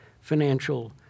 financial